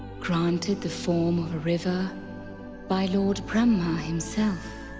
granted the form of a river by lord brahma himself.